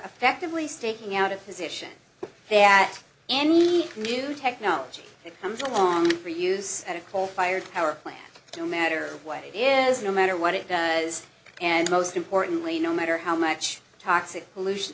effectively staking out a position that any new technology that comes along for use at a coal fired power plant no matter what it is no matter what it does and most importantly no matter how much toxic pollution